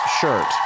shirt